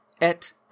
et